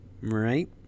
Right